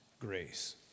grace